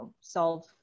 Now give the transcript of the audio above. solve